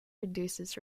reduces